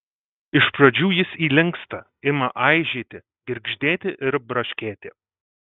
iš pradžių jis įlinksta ima aižėti girgždėti ir braškėti